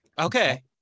Okay